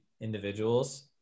individuals